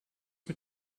mit